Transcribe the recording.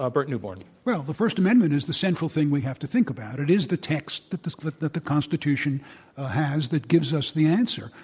ah burt neuborne. well, the first amendment is the central thing we have to think about. it is the text that the that the constitution has that gives us the answer.